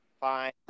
Fine